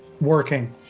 working